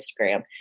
Instagram